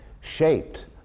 shaped